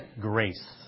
grace